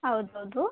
ಹೌದ್ ಹೌದು